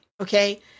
okay